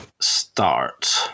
start